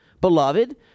Beloved